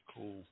Cool